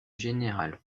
général